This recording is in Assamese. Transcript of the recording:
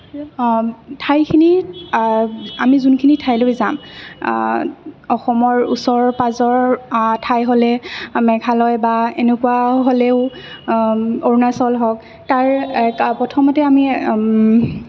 ঠাইখিনিৰ আমি যোনখিনি ঠাইলৈ যাম অসমৰ ওচৰ পাঁজৰ ঠাই হ'লে মেঘালয় বা এনেকুৱা হ'লেও অৰুণাচল হওক তাৰে প্ৰথমতে আমি